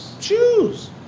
Jews